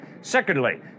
Secondly